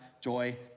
joy